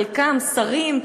חלקם שרים,